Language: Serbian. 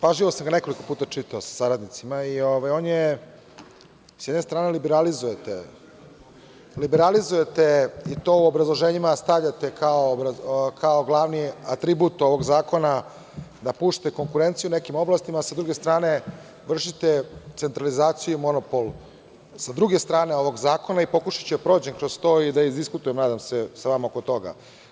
Pažljivo sam ga čitao nekoliko puta sa saradnicima i on je, sa jedne strane liberalizujete i to u obrazloženjima stavljate kao glavni atribut ovog zakona da puštate konkurenciju u nekim oblastima, a sa druge strane vršite centralizaciju i monopol, sa druge strane ovog zakona, pokušaću da prođem kroz to i da izdiskutujem nadam se sa vama oko toga.